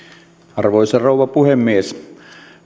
arvoisa rouva puhemies